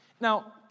now